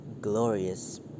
glorious